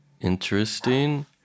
Interesting